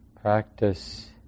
practice